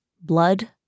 blood